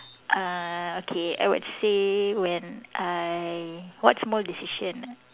uh okay I would say when I what small decision ah